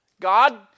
God